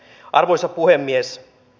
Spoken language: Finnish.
arvoisa puhemies